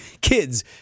kids